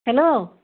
hello